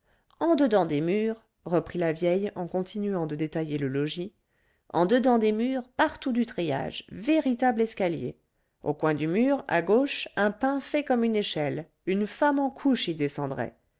en dedans des murs reprit la vieille en continuant de détailler le logis en dedans des murs partout du treillage véritable escalier au coin du mur à gauche un pin fait comme une échelle une femme en couches y descendrait